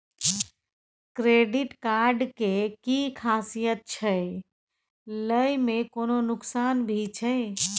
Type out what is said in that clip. Credit card के कि खासियत छै, लय में कोनो नुकसान भी छै?